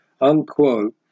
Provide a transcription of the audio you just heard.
unquote